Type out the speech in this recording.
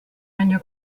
año